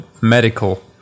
medical